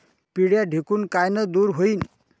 पिढ्या ढेकूण कायनं दूर होईन?